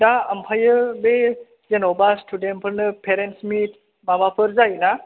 दा आमफ्राय बे जेन'बा स्टुडेन्टफोरनो पेरेन्टस मिट माबाफोर जायो ना